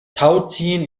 tauziehen